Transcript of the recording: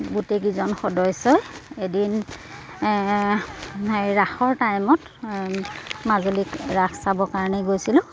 গোটেইকেইজন সদস্যই এদিন হেৰি ৰাসৰ টাইমত মাজুলীত ৰাস চাবৰ কাৰণে গৈছিলোঁ